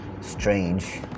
strange